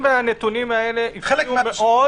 ולכן גם המסמכים האלה מתעדכנים כל הזמן,